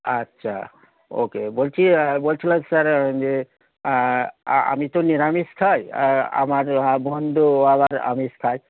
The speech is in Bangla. আচ্ছা ওকে বলছি বলছিলাম স্যার যে আমি তো নিরামিষ খাই আমার বন্ধু আবার আমিষ খায়